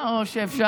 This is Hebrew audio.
מולך.